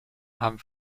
haben